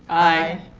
aye.